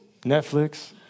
Netflix